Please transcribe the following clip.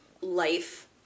life